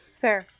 Fair